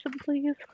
please